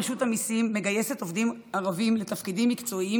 רשות המיסים מגייסת עובדים ערבים לתפקידים מקצועיים